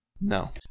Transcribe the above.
No